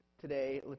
today